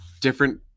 different